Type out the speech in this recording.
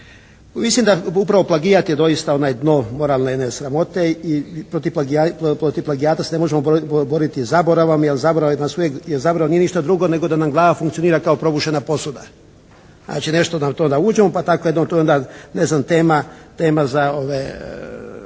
da upravo plagijat je doista dno moralne sramote i protiv plagijata se ne možemo boriti zaboravom jer zaborav nije ništa drugo nego da nam glava funkcionira kao probušena posuda. Znači nešto da to naučimo pa tako je to onda ne znam tema za